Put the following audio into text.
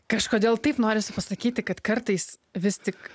kažkodėl taip norisi pasakyti kad kartais vis tik